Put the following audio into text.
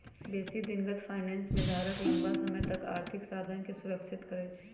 बेशी दिनगत फाइनेंस में धारक लम्मा समय तक आर्थिक साधनके सुरक्षित रखइ छइ